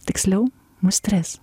tiksliau mus tris